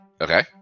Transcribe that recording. Okay